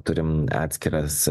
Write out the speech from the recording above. turim atskiras